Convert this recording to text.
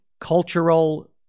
cultural